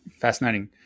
fascinating